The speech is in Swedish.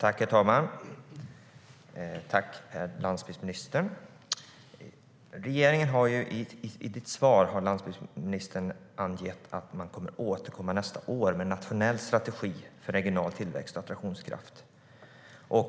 Herr talman! Jag vill tacka landsbygdsministern för svaret.I svaret har landsbygdsministern angett att regeringen kommer att återkomma nästa år med en nationell strategi för regional tillväxt och attraktionskraft.